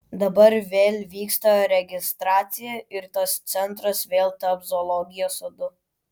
dabar vėl vyksta registracija ir tas centras vėl taps zoologijos sodu